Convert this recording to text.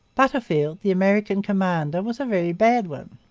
butterfield, the american commander, was a very bad one.